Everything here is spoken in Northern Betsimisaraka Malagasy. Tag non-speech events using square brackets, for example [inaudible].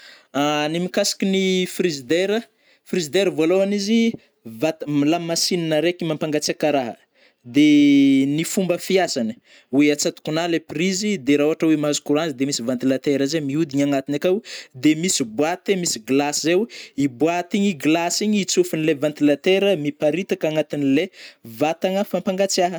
[hesitation] Ny mikasiky ny [hesitation] frizidaire-frizidaire vôlôhagny izy vata - lamasigniny araiky mampangatsiaka raha, de [hesitation] ny fomba fiasanai oe atsatokonô le prizy de rah ôhatra oe mahazo courant izy de misy ventilatera zay mihodigny agnatiny akao de misy boity misy glasy zaio, io boity igny glasy igny i tsôfinle ventilatera miparitaka agnatinle vatagna fampangatsiaha.